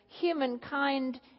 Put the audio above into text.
humankind